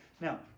Now